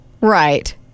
Right